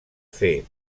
fer